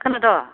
खोनादों